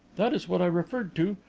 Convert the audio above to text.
that was what i referred to.